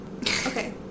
Okay